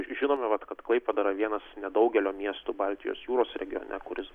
žinome vat kad klaipėda yra vienas nedaugelio miestų baltijos jūros regione kuris